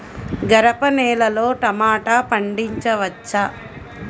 గరపనేలలో టమాటా పండించవచ్చా?